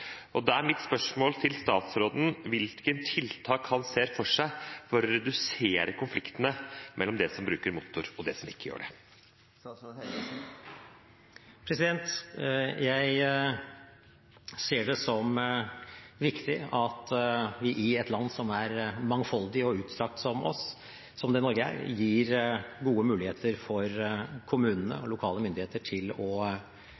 Da er mitt spørsmål til statsråden: Hvilke tiltak ser han for seg for å redusere konfliktene mellom dem som bruker motor, og dem som ikke gjør det? Jeg ser det som viktig at vi i et land som er mangfoldig og utstrakt, som det Norge er, gir gode muligheter for kommunene og lokale myndigheter til å